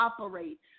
operate